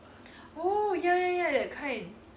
oh ya ya ya that kind